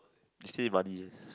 see about this